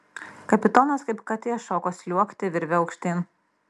kapitonas kaip katė šoko sliuogti virve aukštyn